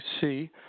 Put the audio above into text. see